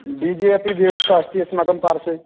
D J अपि व्यवस्था अस्ति अस्माकं पार्श्वे